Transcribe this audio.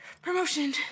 Promotion